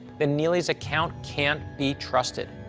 then neely's account can't be trusted.